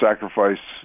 sacrifice